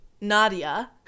Nadia